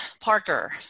Parker